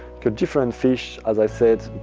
got different fish as i said,